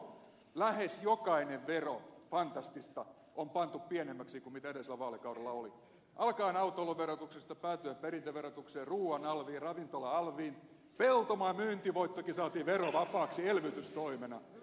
lähes jokainen vero fantastista on pantu pienemmäksi kuin mitä edellisellä vaalikaudella oli alkaen autoiluverotuksesta päätyen perintöverotukseen ruuan alviin ravintola alviin peltomaan myyntivoittokin saatiin verovapaaksi elvytystoimena